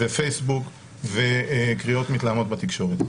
בפייסבוק או בקריאות מתלהמות בתקשורת.